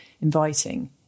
inviting